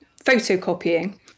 photocopying